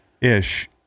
Ish